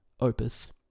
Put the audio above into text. opus